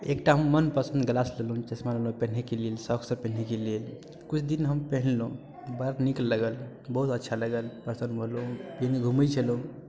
एकटा मनपसन्द ग्लास लेलहुँ चश्मा लेलहुँ पहनैके लेल शौकसँ पहिरैके लेल किछु दिन हम पहिरलहुँ बहुत नीक लागल बहुत अच्छा लागल पहिने घूमै छलहुँ